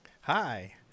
Hi